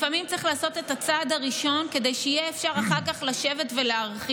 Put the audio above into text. לפעמים צריך לעשות את הצעד הראשון כדי שאחר כך יהיה אפשר לשבת ולהרחיב.